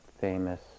famous